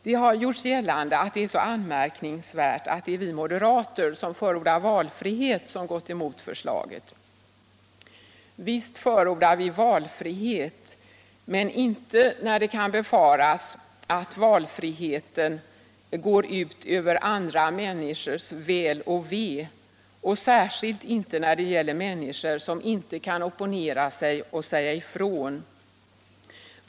Här har gjorts gällande att det är så anmärkningsvärt att det är vi moderater, som förordar valfrihet, som går emot förslaget. Visst förordar vi valfrihet, men inte när det kan befaras att valfriheten går ut över andra människors väl och ve och särskilt inte när det gäller människor som inte kan opponera sig och säga ifrån.